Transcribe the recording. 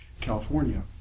California